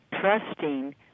trusting